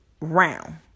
round